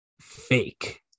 fake